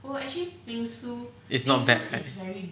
well actually ling siew is not bad as very